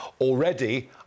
Already